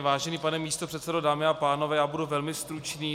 Vážený pane místopředsedo, dámy a pánové, budu velmi stručný.